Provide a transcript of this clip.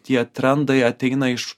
tie trendai ateina iš